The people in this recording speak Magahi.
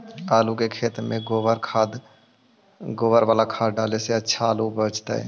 आलु के खेत में गोबर बाला खाद डाले से अच्छा आलु उपजतै?